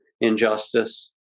injustice